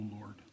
Lord